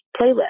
playlist